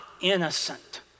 innocent